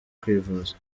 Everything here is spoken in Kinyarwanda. kwivuza